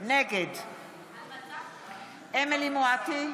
נגד אמילי חיה מואטי,